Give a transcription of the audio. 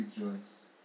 rejoice